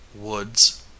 Woods